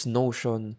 notion